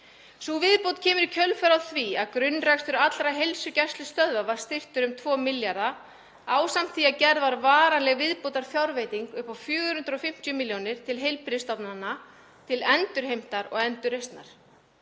Sú viðbót kemur í kjölfarið á því að grunnrekstur allra heilsugæslustöðva var styrktur um 2 milljarða ásamt því að gerð var varanleg viðbótarfjárveiting upp á 450 milljónir til heilbrigðisstofnana til endurheimtar og endurreisnar.